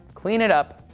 clean it up,